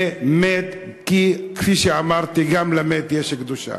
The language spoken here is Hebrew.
למת, כי כפי שאמרתי, גם למת יש קדושה.